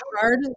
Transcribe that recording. Hard